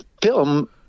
film